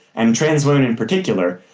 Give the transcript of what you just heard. and trans women in particular,